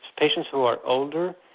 patients who are older,